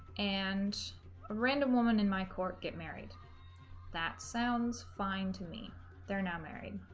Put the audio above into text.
and a random woman in my court get married that sounds fine to me they're not married